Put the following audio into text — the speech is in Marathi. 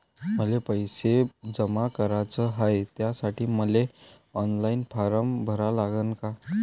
मले पैसे जमा कराच हाय, त्यासाठी मले ऑनलाईन फारम भरा लागन का?